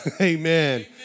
Amen